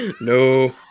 no